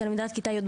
תלמידת כיתה י',